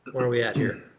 are we at here?